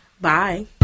Bye